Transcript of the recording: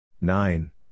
Nine